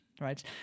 right